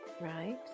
Right